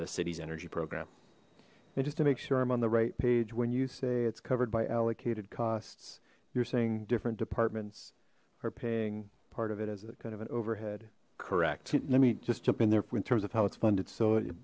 the city's energy program just to make sure i'm on the right page when you say it's covered by allocated costs you're saying different departments are paying part of it as a kind of an overhead correct let me just jump in there in terms of how its funded so